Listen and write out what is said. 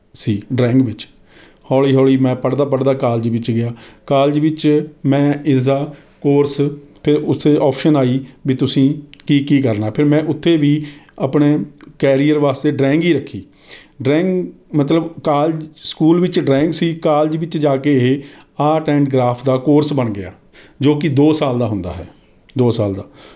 ਸੀ drawing ਵਿੱਚ ਹੌਲੀ ਹੌਲੀ ਮੈਂ ਪੜ੍ਹਦਾ ਪੜ੍ਹਦਾ ਕਾਲਜ ਵਿੱਚ ਗਿਆ ਕਾਲਜ ਵਿੱਚ ਮੈਂ ਇਸਦਾ ਕੋਰਸ ਫਿਰ ਉੱਥੇ ਆਪਸ਼ਨ ਆਈ ਵੀ ਤੁਸੀਂ ਕੀ ਕੀ ਕਰਨਾ ਫਿਰ ਮੈਂ ਉੱਥੇ ਵੀ ਆਪਣੇ ਕੈਰੀਅਰ ਵਾਸਤੇ ਡਰਾਇੰਗ ਹੀ ਰੱਖੀ ਡਰਾਇੰਗ ਮਤਲਬ ਕਾਲਜ ਸਕੂਲ ਵਿੱਚ ਡਰਾਇੰਗ ਸੀ ਕਾਲਜ ਵਿੱਚ ਜਾ ਕੇ ਇਹ ਆਰਟ ਐਂਡ ਕਰਾਫਟ ਦਾ ਕੋਰਸ ਬਣ ਗਿਆ ਜੋ ਕਿ ਦੋ ਸਾਲ ਦਾ ਹੁੰਦਾ ਹੈ ਦੋ ਸਾਲ ਦਾ